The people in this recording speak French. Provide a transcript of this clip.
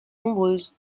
nombreuses